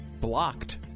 blocked